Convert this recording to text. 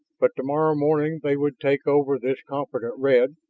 but tomorrow morning they would take over this confident red,